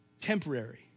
temporary